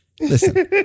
Listen